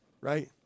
right